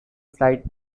flight